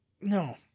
No